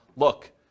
look